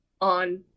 on